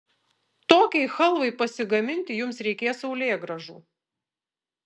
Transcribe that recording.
tokiai chalvai pasigaminti jums reikės saulėgrąžų